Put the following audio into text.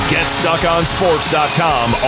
GetStuckOnSports.com